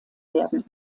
werden